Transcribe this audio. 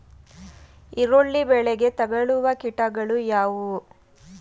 ಈರುಳ್ಳಿ ಬೆಳೆಗೆ ತಗಲುವ ಕೀಟಗಳು ಯಾವುವು?